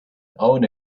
own